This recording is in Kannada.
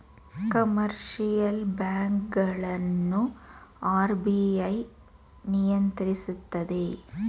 ಕಮರ್ಷಿಯಲ್ ಬ್ಯಾಂಕ್ ಗಳನ್ನು ಆರ್.ಬಿ.ಐ ನಿಯಂತ್ರಿಸುತ್ತದೆ